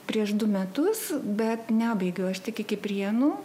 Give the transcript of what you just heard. prieš du metus bet nebaigiau aš tik iki prienų